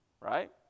right